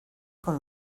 con